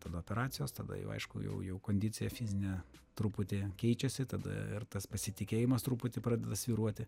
tada operacijos tada jau aišku jau jau kondicija fizinė truputį keičiasi tada ir tas pasitikėjimas truputį pradeda svyruoti